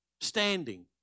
Standing